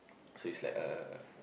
so it's like a